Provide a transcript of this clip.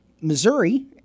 Missouri